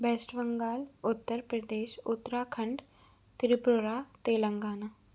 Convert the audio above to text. best Bengal Uttar Pradesh Uttarakhand Tripura Telangana